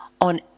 on